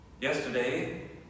Yesterday